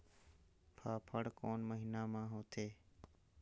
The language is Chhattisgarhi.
फाफण कोन महीना म होथे?